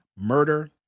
murder